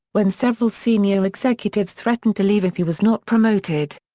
when several senior executives threatened to leave if he was not promoted.